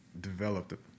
developed